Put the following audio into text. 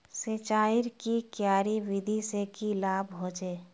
सिंचाईर की क्यारी विधि से की लाभ होचे?